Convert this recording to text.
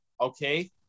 Okay